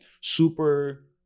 super